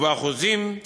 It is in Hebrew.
ובאחוזים,